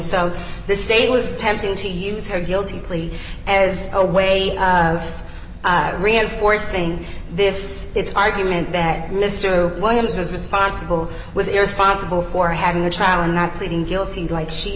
so the state was attempting to use her guilty plea as a way of reinforcing this its argument that mr williams was responsible was irresponsible for having a trial and not pleading guilty like she